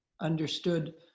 understood